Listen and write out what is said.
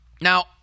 Now